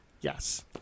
Yes